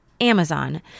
Amazon